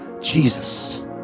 Jesus